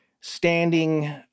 standing